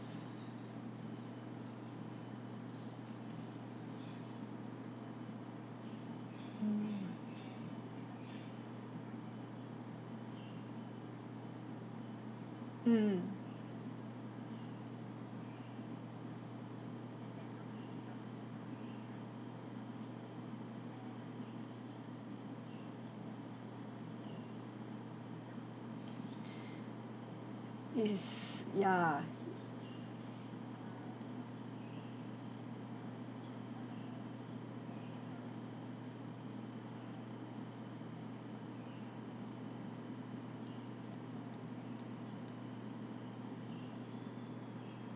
mm mm yes ya